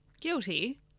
Guilty